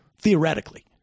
theoretically